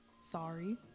sorry